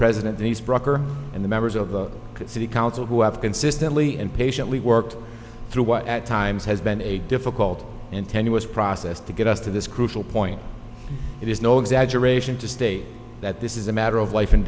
president these brucker and the members of the city council who have consistently and patiently worked through what at times has been a difficult and tenuous process to get us to this crucial point it is no exaggeration to state that this is a matter of life and